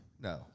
No